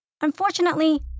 Unfortunately